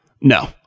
No